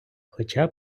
хоча